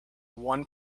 one